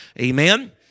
amen